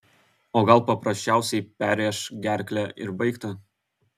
o gal paprasčiausiai perrėš gerklę ir baigta